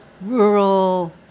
rural